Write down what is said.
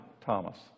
Thomas